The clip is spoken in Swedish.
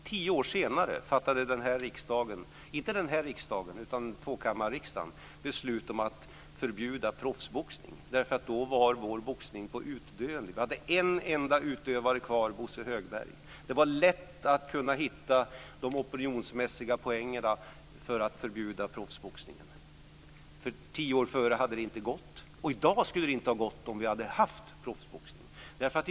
Tio år senare fattade tvåkammarriksdagen beslut om att förbjuda proffsboxning därför att då var vår boxning på utdöende. Vi hade en enda utövare kvar, Bosse Högberg. Det var lätt att hitta de opinionsmässiga poängen för att förbjuda proffsboxningen. Tio år tidigare skulle det inte ha gått. I dag skulle det, om vi hade haft proffsboxning, inte heller ha gått.